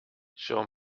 show